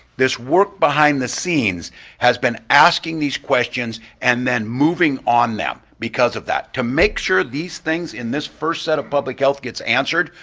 this work behind the scenes has been asking these questions and then moving on them because of that to make sure these things in this first set of public health gets answered,